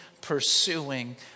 pursuing